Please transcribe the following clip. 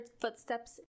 footsteps